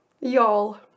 Y'all